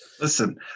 Listen